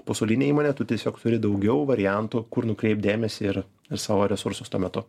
pasaulinė įmonė tu tiesiog turi daugiau variantų kur nukreipt dėmesį ir ir savo resursus tuo metu